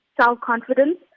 self-confidence